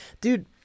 dude